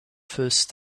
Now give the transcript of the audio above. first